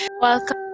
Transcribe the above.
Welcome